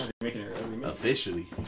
officially